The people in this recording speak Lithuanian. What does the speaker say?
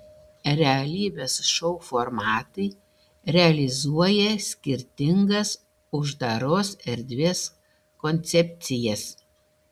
realybės šou formatai realizuoja skirtingas uždaros erdvės koncepcijas